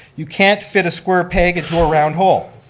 you can't fit a square peg into a round hole.